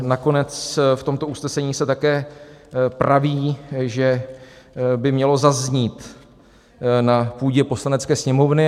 Nakonec se v tomto usnesení také praví, že by mělo zaznít na půdě Poslanecké sněmovny.